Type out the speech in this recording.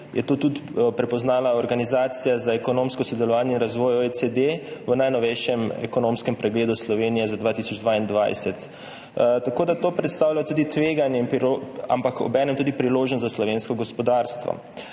je to prepoznala tudi Organizacija za gospodarsko sodelovanje in razvoj, OECD, v najnovejšem ekonomskem pregledu Slovenije za 2022. Tako da to predstavlja tudi tveganje, ampak obenem tudi priložnost za slovensko gospodarstvo.